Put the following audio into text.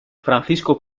francisco